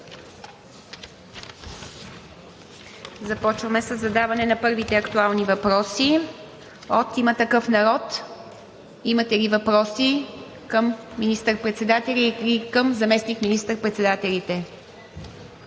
Започваме със задаване на първите актуални въпроси. От „Има такъв народ“ имате ли въпроси към министър-председателя и към заместник министър-председателите?